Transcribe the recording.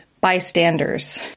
bystanders